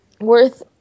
Worth